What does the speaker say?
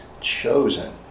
chosen